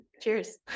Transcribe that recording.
Cheers